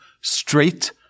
straight